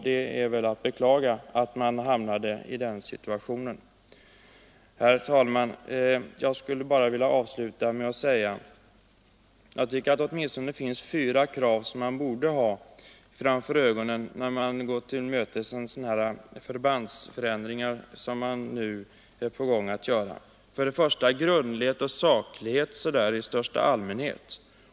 Det är väl att beklaga att man hamnade i den situationen. Herr talman! Jag skulle bara vilja avsluta med att säga att jag tycker att det åtminstone finns fyra krav som man borde ha framför ögonen när man går förslag om förbandsförändringar till mötes: 1. Grundlighet och saklighet i största allmänhet.